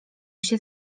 się